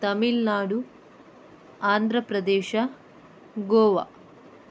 Tamil Nadu Andhra Pradesh Goa